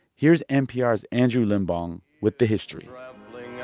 here's npr's andrew limbong with the history.